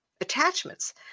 attachments